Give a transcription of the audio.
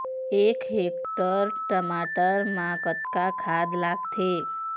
एक हेक्टेयर टमाटर म कतक खाद लागथे?